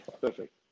perfect